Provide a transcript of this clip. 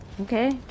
okay